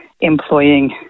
employing